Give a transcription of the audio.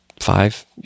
five